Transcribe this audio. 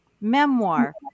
memoir